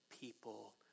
people